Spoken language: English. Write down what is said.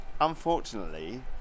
unfortunately